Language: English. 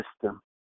system